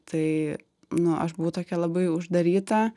tai nu aš buvau tokia labai uždaryta